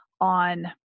on